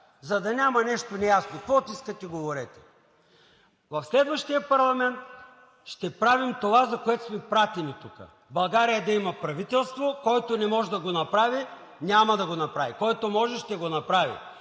за да няма нещо неясно, каквото искате говорете. В следващия парламент ще правим това, за което сме пратени тук – България да има правителство, който не може да го направи, няма да го направи, който може ще го направи.